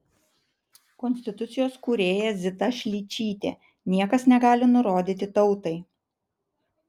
konstitucijos kūrėja zita šličytė niekas negali nurodyti tautai